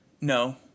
no